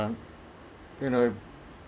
you know